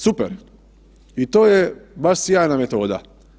Super, i to je baš sjajna metoda.